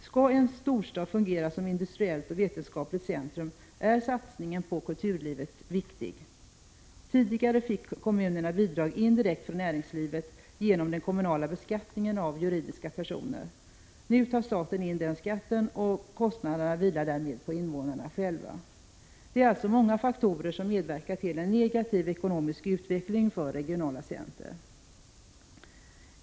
Skall en storstad fungera som industriellt och vetenskapligt centrum är satsningen på kulturlivet viktig. Tidigare fick kommunerna bidrag indirekt från näringslivet genom den kommunala beskattningen av juridiska personer. Nu tar staten in den skatten, och kostnaderna vilar därmed på invånarna själva. Det är alltså många faktorer som medverkat till en negativ ekonomisk utveckling för regionala centra.